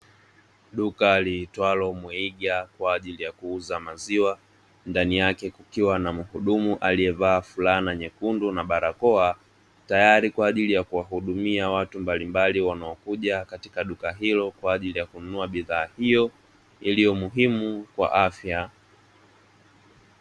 Duka liitwalo ''Mweiga'' kwa ajili ya kuuza maziwa, ndani yake kukiwa na muhudumu aliyevaa fulana nyekundu, barakoa, tayari kwa ajili ya kuwahudumia watu mbalimbali wanaokuja katika duka hilo, kwa ajili ya kununua bidhaa hiyo iliyo muhimu kwa afya.